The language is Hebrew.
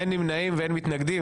אין נמנעים ואין מתנגדים.